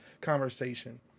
conversation